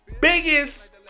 biggest